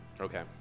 Okay